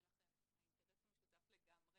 האינטרס הוא משותף לגמרי.